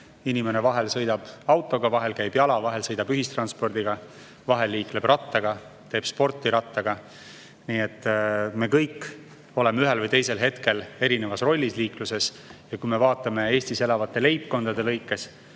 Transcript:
Inimene vahel sõidab autoga, vahel käib jala, vahel sõidab ühistranspordiga, vahel liikleb rattaga või teeb rattaga sporti. Nii et me kõik oleme ühel või teisel hetkel liikluses erinevas rollis. Ja kui me vaatame Eestis elavate leibkondade lõikes,